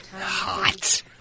Hot